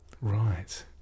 Right